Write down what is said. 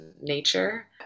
nature